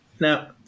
Now